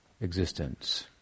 existence